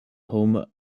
home